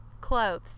clothes